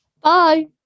Bye